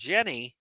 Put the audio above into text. Jenny